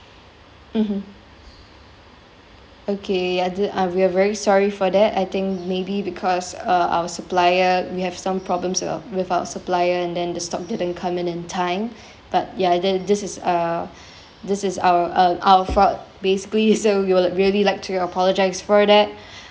mmhmm okay ah we are very sorry for that I think maybe because uh our supplier we have some problems you know with our supplier and then the stock didn't come in in time but ya this this is uh this is our um our fault basically so we will really like to your apologise for that